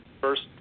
first